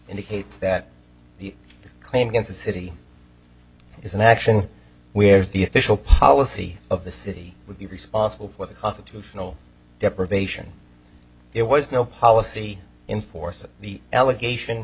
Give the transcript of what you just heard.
indicates that the claim against the city is an action where is the official policy of the city would be responsible for the constitutional deprivation there was no policy in force the allegation